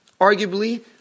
arguably